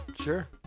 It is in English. Sure